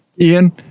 Ian